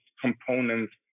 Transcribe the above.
components